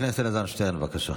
חבר הכנסת אלעזר שטרן, בבקשה.